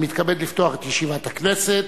אני מתכבד לפתוח את ישיבת הכנסת.